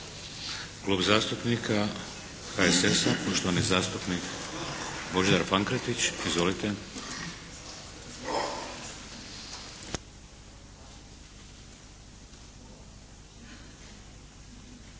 Klub zastupnika HSS-a, poštovani zastupnik Božidar Pankretić. Izvolite.